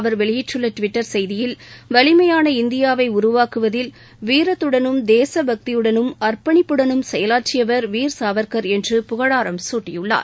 அவர் வெளியிட்டுள்ள டிவிட்டர் செய்தியில் வலிமையான இந்தியாவை உருவாக்குவதில் வீரத்துடனும் தேச பக்தியுடனும் அள்ப்பணிப்புடன் செயலாற்றியவர் வீர சாவர்கர் என்று புகழாரம் சூட்டியுள்ளார்